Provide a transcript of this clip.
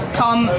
come